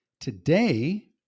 Today